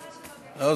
סליחה שלא הודיתי לך.